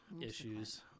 issues